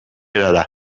erara